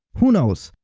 who knows,